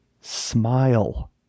Smile